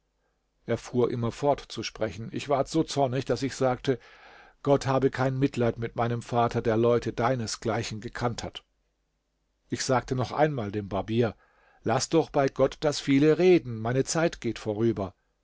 er fuhr immer fort zu sprechen ich ward so zornig daß ich sagte gott habe kein mitleid mit meinem vater der leute deinesgleichen gekannt hat ich sagte noch einmal dem barbier laß doch bei gott das viele reden meine zeit geht vorüber